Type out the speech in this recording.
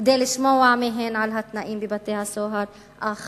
כדי לשמוע מהם על התנאים בבתי-הסוהר, אך